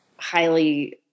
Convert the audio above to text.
highly